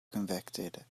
convicted